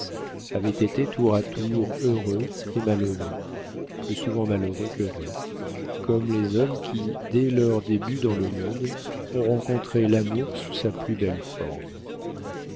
avait été tour à tour heureux et malheureux plus souvent malheureux qu'heureux comme les hommes qui dès leur début dans le monde ont rencontré l'amour sous sa plus belle forme